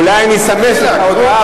אולי אני אסמס לך הודעה,